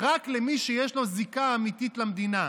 רק במי שיש לו זיקה אמיתית למדינה,